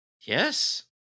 Yes